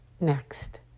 next